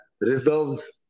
reserves